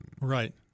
Right